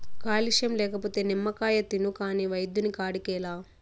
calcium లేకపోతే నిమ్మకాయ తిను కాని వైద్యుని కాడికేలా